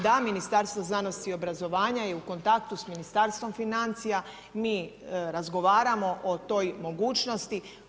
Da, Ministarstvo znanosti i obrazovanja je u kontaktu s Ministarstvom financija, mi razgovaramo o toj mogućnosti.